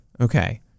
Okay